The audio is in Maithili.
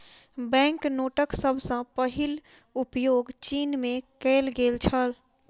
बैंक नोटक सभ सॅ पहिल उपयोग चीन में कएल गेल छल